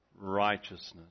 Righteousness